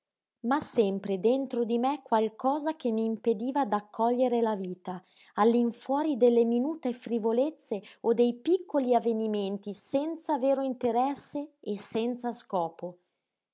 ma sempre dentro di me qualcosa che m'impediva d'accogliere la vita all'infuori delle minute frivolezze o dei piccoli avvenimenti senza vero interesse e senza scopo